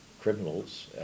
criminals